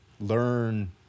learn